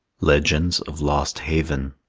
legends of lost haven